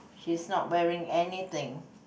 she's not wearing anything